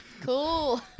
Cool